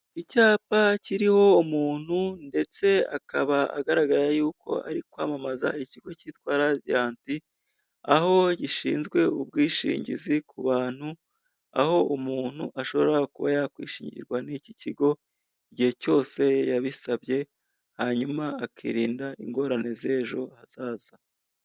Icyapa kiriho umuntu ndetse akaba agaragara yuko ari kwamamaza ikigo cyitwa Radiyanti aho gishinzwe ubwishingizi ku bantu, aho umuntu ashobora kuba yakwishingirwa n'iki kigo igihe cyose yabisabye hanyuma akirinda ingorane z'ejo hazaza.